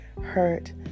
hurt